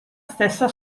stessa